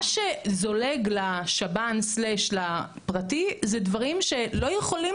מה שזולג לשב"ן/לפרטי זה דברים שלא יכולים